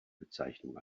bezeichnung